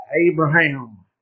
Abraham